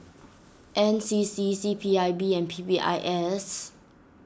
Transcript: N C C C P I B and P P I S